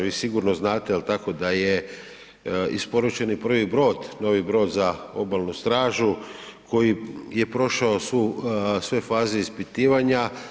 Vi sigurno znate, je li tako, da je isporučeni prvi brod, novi brod za obalnu stražu koji je prošao sve faze ispitivanja.